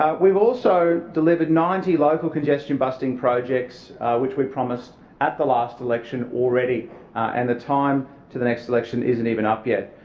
we've also delivered ninety local congestion busting projects which we promised at the last election already and the time to the next election isn't even up yet.